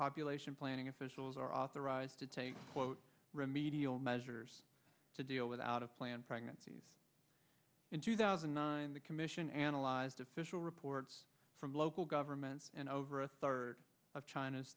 population planning officials are authorized to take quote remedial measures to deal with out of planned pregnancies in two thousand and nine the commission analyzed official reports from local governments and over a third of china's